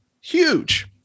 Huge